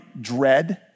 dread